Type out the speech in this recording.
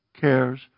cares